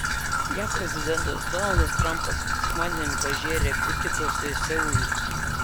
jav prezidentas donaldas trampas sekmadienį pažėrė kritikos seului